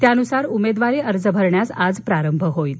त्यानुसार उमेदवारी अर्ज भरण्यास आज प्रारंभ होईल